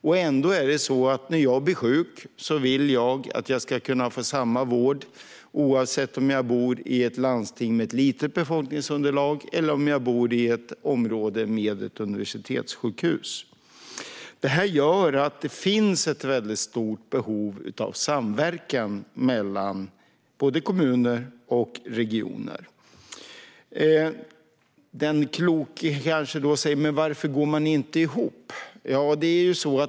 Men ändå är det så att när jag blir sjuk vill jag kunna få samma vård oavsett om jag bor i ett landsting med ett litet befolkningsunderlag eller om jag bor i ett område med ett universitetssjukhus. Detta gör att det finns ett mycket stort behov av samverkan mellan både kommuner och regioner. Den kloke kanske då säger: Varför går man inte ihop?